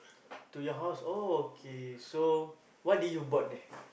to your house oh okay so what did you bought there